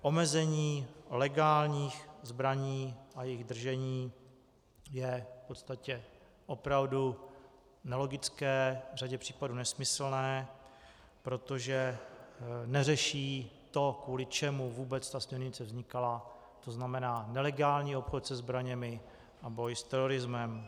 Omezení legálních zbraní a jejich držení je v podstatě opravdu nelogické, v řadě případů nesmyslné, protože neřeší to, kvůli čemu vůbec ta směrnice vznikala, to znamená nelegální obchod se zbraněmi a boj s terorismem.